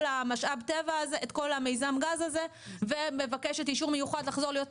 מיזם הגז הזה ומבקשת אישור מיוחד לחזור להיות פתוחה.